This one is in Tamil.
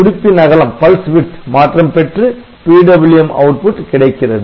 துடிப்பின் அகலம் மாற்றம் பெற்று PWM output கிடைக்கிறது